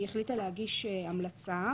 היא החליטה להגיש המלצה,